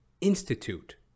Institute